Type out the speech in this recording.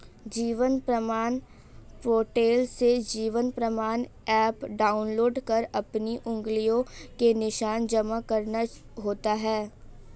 जीवन प्रमाण पोर्टल से जीवन प्रमाण एप डाउनलोड कर अपनी उंगलियों के निशान जमा करना होता है